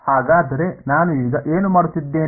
ಹಾಗಾದರೆ ನಾನು ಈಗ ಏನು ಮಾಡುತ್ತಿದ್ದೇನೆ